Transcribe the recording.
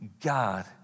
God